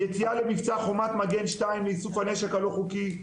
יציאה למבצע "חומת מגן 2" לאיסוף הנשק הלא-חוקי,